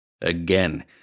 Again